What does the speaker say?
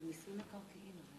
הנושא עובר לוועדת הכלכלה.